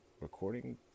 recording